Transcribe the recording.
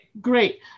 Great